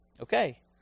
Okay